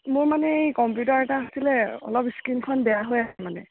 মোৰ মানে কম্পিউটাৰ এটা আছিলে অলপ স্কীণখন বেয়া হৈ আছে মানে